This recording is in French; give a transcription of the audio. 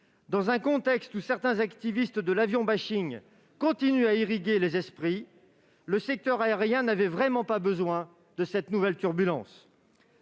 dans un contexte où certains activistes de « l'avion-bashing » continuent d'irriguer les esprits, le secteur aérien n'avait vraiment pas besoin de cette nouvelle turbulence